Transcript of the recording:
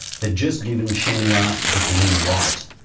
had just given shenhua the green light,